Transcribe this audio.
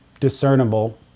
Discernible